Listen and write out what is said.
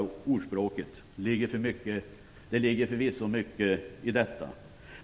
Det ligger förvisso mycket i detta.